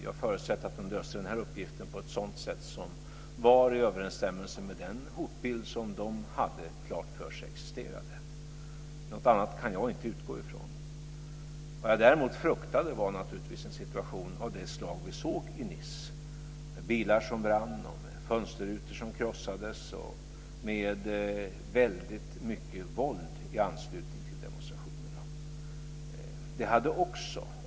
Jag förutsätter att polisen löser den här uppgiften i överensstämmelse med den hotbild som man hade klart för sig existerade. Något annat kan jag inte utgå från. Däremot fruktade jag en situation av det slag vi såg i Nice, med bilar som brann, fönsterrutor som krossades och väldigt mycket våld i anslutning till demonstrationerna.